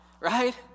right